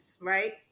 right